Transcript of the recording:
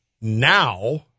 now